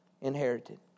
inherited